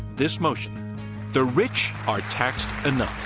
this motion the rich are taxed enough.